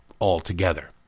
altogether